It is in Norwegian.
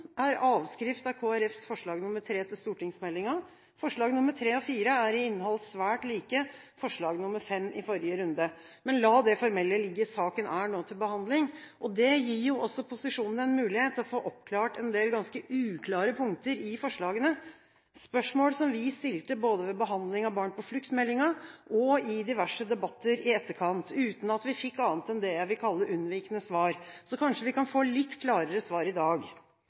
er avskrift av Kristelig Folkepartis forslag nr. 3 i innstillingen til stortingsmeldingen. Forslagene nr. 3 og 4 er i innhold svært like forslag nr. 5 fra forrige runde. Men la det formelle ligge. Saken er nå til behandling, og det gir også posisjonen mulighet til å få oppklart en del ganske uklare punkter i forslagene – spørsmål vi stilte både ved behandlingen av meldingen om barn på flukt og i diverse debatter i etterkant, uten at vi fikk annet enn det jeg vil kalle unnvikende svar. Kanskje vi kan få litt klarere svar i dag.